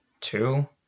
two